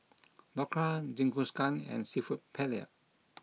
Dhokla Jingisukan and Seafood Paella